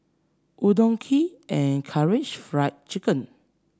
Udon Kheer and Karaage Fried Chicken